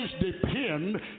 depend